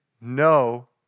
no